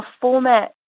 format